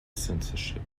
censorship